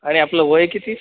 आणि आपलं वय किती